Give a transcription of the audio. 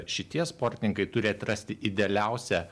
šitie sportininkai turi atrasti idealiausią